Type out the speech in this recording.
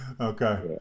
Okay